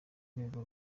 rwego